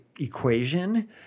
equation